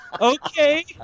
okay